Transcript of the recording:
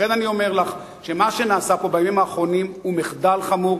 לכן אני אומר לך שמה שנעשה פה בימים האחרונים הוא מחדל חמור,